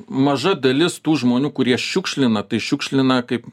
maža dalis tų žmonių kurie šiukšlina tai šiukšlina kaip